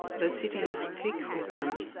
the city is thick with them.